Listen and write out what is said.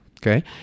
Okay